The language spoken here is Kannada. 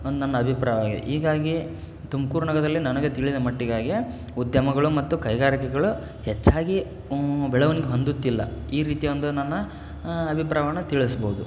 ಒಂದು ನನ್ನ ಅಭಿಪ್ರಾಯವಾಗಿದೆ ಹೀಗಾಗಿ ತುಮಕೂರು ನಗರದಲ್ಲಿ ನನಗೆ ತಿಳಿದ ಮಟ್ಟಿಗಾಗೆ ಉದ್ಯಮಗಳು ಮತ್ತು ಕೈಗಾರಿಕೆಗಳು ಹೆಚ್ಚಾಗಿ ಬೆಳವಣಿಗೆ ಹೊಂದುತ್ತಿಲ್ಲ ಈ ರೀತಿಯ ಒಂದು ನನ್ನ ಅಭಿಪ್ರಾಯವನ್ನ ತಿಳಿಸ್ಬೋದು